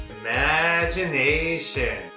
Imagination